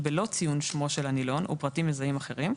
בלא ציון שמו של הנילון ופרטים מזהים אחרים,